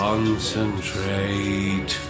Concentrate